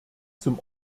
zum